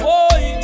Boy